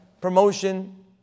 promotion